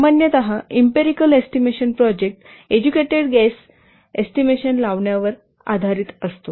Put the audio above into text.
सामान्यत empirical estimation project educated guess estimation लावण्यावर आधारित असतो